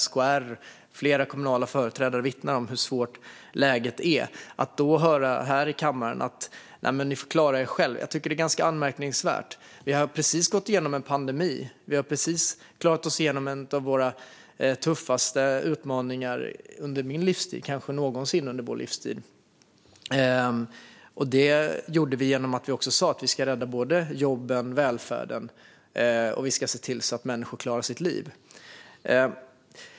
SKR och flera kommunala företrädare vittnar om hur svårt läget är. Att då höra här i kammaren att de får klara sig själva är ganska anmärkningsvärt. Vi har precis gått igenom en pandemi. Vi har precis tagit oss igenom en av våra tuffaste utmaningar kanske någonsin under min och vår livstid. Det gjorde vi genom att vi sa att vi skulle rädda både jobben och välfärden och se till att människor klarar sitt liv.